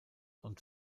und